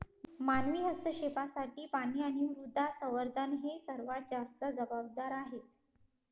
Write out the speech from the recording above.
मानवी हस्तक्षेपासाठी पाणी आणि मृदा संवर्धन हे सर्वात जास्त जबाबदार आहेत